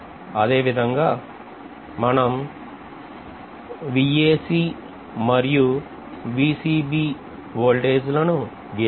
అదేవిదంగా మనం మరియు వోల్టేజ్ లను గీద్దాం